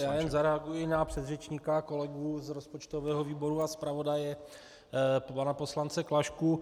Já jen zareaguji na předřečníka, kolegu z rozpočtového výboru a zpravodaje pana poslance Klašku.